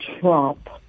Trump